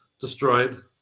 destroyed